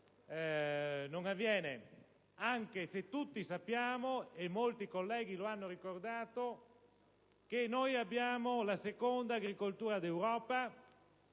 non avviene, anche se tutti sappiamo - e molti colleghi lo hanno ricordato - che abbiamo la seconda agricoltura d'Europa